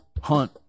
Hunt